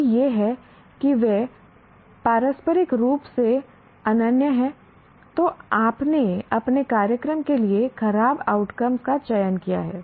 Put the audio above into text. यदि यह है कि वे पारस्परिक रूप से अनन्य हैं तो आपने अपने कार्यक्रम के लिए खराब आउटकम का चयन किया है